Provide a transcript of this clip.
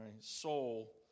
soul